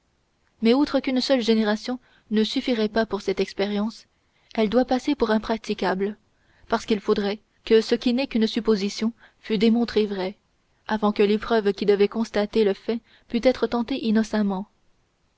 mais outre qu'une seule génération ne suffirait pas pour cette expérience elle doit passer pour impraticable parce qu'il faudrait que ce qui n'est qu'une supposition fût démontré vrai avant que l'épreuve qui devrait constater le fait pût être tentée innocemment